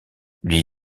lui